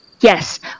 yes